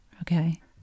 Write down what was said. okay